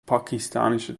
pakistanischen